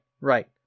Right